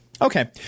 Okay